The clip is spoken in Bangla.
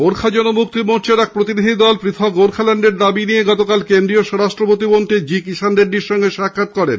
গোর্খা জনমুক্তি মোর্চার একটি প্রতিনিধিদল পৃথক গোর্খাল্যান্ড দাবি নিয়ে গতকাল কেন্দ্রীয় স্বরাষ্ট্র প্রতিমন্ত্রী জি কিষাণ রেড্ডির সঙ্গে সাক্ষাত করেছে